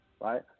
right